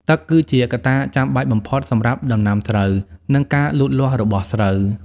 ទឹកគឺជាកត្តាចាំបាច់បំផុតសម្រាប់ដំណាំស្រូវ និងការលូតលាស់របស់ស្រូវ។